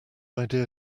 idea